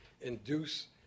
induce